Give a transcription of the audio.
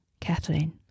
Kathleen